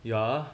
yeah